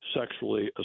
sexually